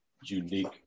unique